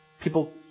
People